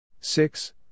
Six